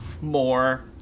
more